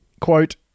Quote